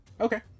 okay